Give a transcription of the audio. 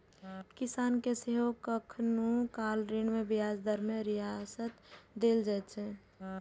किसान कें सेहो कखनहुं काल ऋण मे ब्याज दर मे रियायत देल जाइ छै